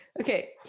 Okay